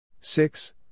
six